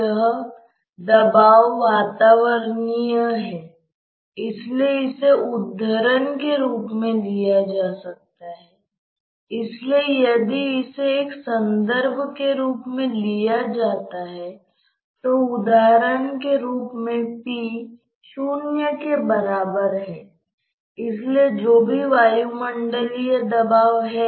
यह स्थानीय रूप से x के साथ बदल रहा है लेकिन y के साथ यह एक समान है क्योंकि यह इनविसिड है